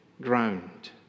ground